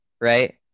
right